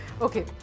Okay